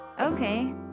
okay